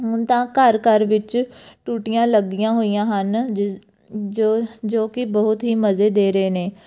ਹੁਣ ਤਾਂ ਘਰ ਘਰ ਵਿੱਚ ਟੂਟੀਆਂ ਲੱਗੀਆਂ ਹੋਈਆਂ ਹਨ ਜਿਸ ਜੋ ਜੋ ਕਿ ਬਹੁਤ ਹੀ ਮਜ਼ੇ ਦੇ ਰਹੇ ਨੇ